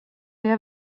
jag